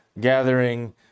gathering